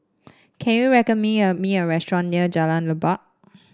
can you recommend me me a restaurant near Jalan Leban